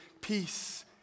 peace